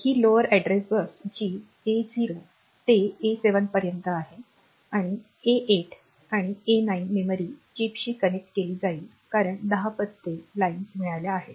ही lower address bus जी A0 ते A7 पर्यंत आहे आणि A8 आणि A9 मेमरी चिपशी कनेक्ट केली जाईल कारण 10 पत्ते लाइन्स मिळाल्या आहेत